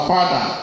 Father